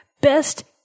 Best